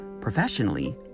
professionally